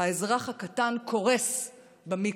האזרח הקטן קורס במיקרו.